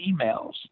emails